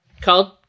called